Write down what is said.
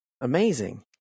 amazing